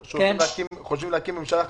היום שחושבים להקים ממשלה חליפית,